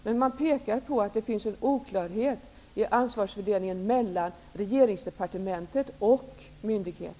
Men man menar att det finns en oklarhet i ansvarsfördelningen mellan regeringsdepartement och myndighet.